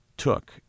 took